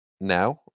now